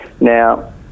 Now